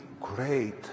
great